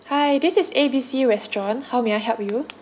hi this is A B C restaurant how may I help you